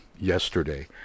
yesterday